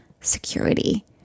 security